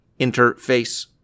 interface